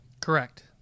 Correct